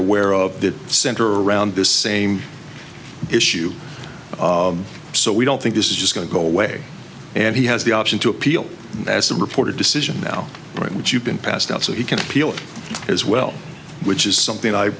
aware of that center around the same issue so we don't think this is just going to go away and he has the option to appeal as a reporter decision now right which you've been passed out so he can appeal it as well which is something i